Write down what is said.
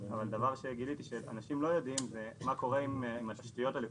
אבל דבר שגיליתי שאנשים לא יודעים זה מה קורה עם התשתיות הלקויות.